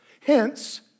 Hence